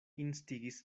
instigis